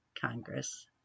Congress